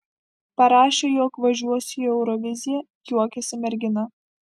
parašė jog važiuosiu į euroviziją juokėsi mergina